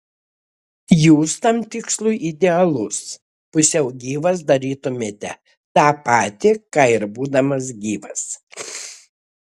jūs tam tikslui idealus pusiau gyvas darytumėte tą patį ką ir būdamas gyvas